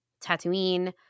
Tatooine